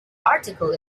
article